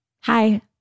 Hi